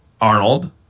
Arnold